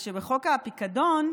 בחוק הפיקדון,